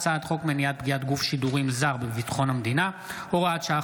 הצעת חוק מניעת פגיעת גוף שידורים זר בביטחון המדינה (הוראת שעה,